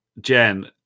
Jen